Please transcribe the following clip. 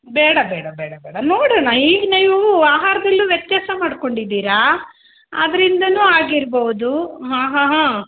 ಬೇಡ ಬೇಡ ಬೇಡ ಬೇಡ ನೋಡಣ ಈಗ ನೀವು ಆಹಾರದಲ್ಲೂ ವ್ಯತ್ಯಾಸ ಮಾಡ್ಕೊಂಡಿದ್ದೀರ ಅದರಿಂದನೂ ಆಗಿರ್ಬೋದು ಹಾಂ ಹಾಂ ಹಾಂ